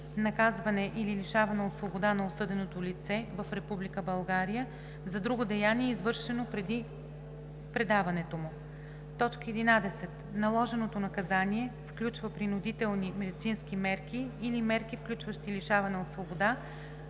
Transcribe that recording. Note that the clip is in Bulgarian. наказване или лишаване от свобода на осъденото лице в Република България за друго деяние, извършено преди предаването му; 11. наложеното наказание включва принудителни медицински мерки или мерки, включващи лишаване от свобода,